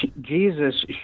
Jesus